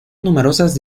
numerosas